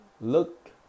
Look